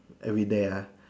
everyday ah